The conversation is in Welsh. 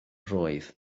roedd